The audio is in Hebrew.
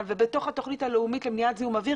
ובתוך התוכנית הלאומית למניעת זיהום אוויר,